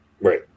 Right